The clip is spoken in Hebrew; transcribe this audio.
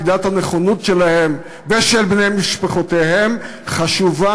מידת הנכונות שלהם ושל בני משפחותיהם חשובים